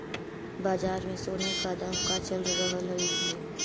बाजार में सोने का दाम का चल रहलइ हे